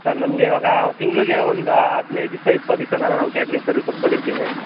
sir ನಮಗೆ ಇವಾಗ ತಿಂಗಳಿಗೆ ಒಂದು ಹದಿನೈದು ದಿಸ ಇಪ್ಪತ್ತು ದಿಸನಾರೂ ನಾವು ಕ್ಯಾಟ್ರಿಂಗ್ ಸರ್ವಿಸ್ ಒಪ್ಪಿಕೊಂಡಿರ್ತೀವಿ